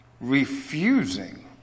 refusing